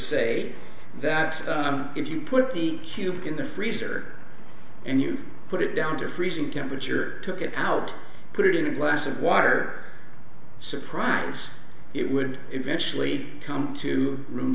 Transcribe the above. say that if you put the cube in the freezer and you put it down to freezing temperature took it out put it in a glass of water surprise it would eventually come to room